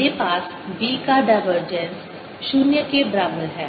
मेरे पास B का डाइवर्जेंस 0 के बराबर है